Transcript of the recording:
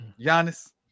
Giannis